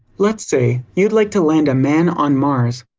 let's say you'd like to land a man on mars.